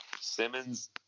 Simmons